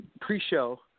pre-show